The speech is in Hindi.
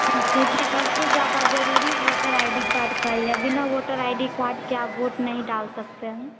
क्योंकि सबसे ज्यादा जरूरी वोटर आई डी कार्ड का है बिना वोटर आई डी कार्ड का आप वोट नहीं डाल सकते हैं